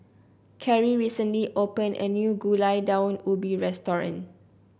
Carri recently opened a new Gulai Daun Ubi restaurant